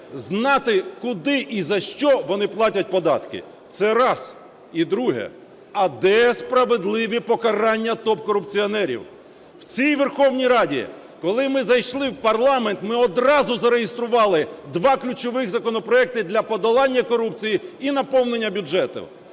знати, куди і за що вони платять податки. Це раз. І друге. А де справедливі покарання топ-корупціонерів? В цій Верховній Раді, коли ми зайшли в парламент, ми одразу зареєстрували два ключових законопроекти для подолання корупції і наповнення бюджету.